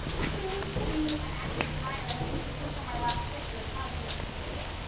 choose to be an active denier. and, as you can see from my last picture, it's not an easy thing to do.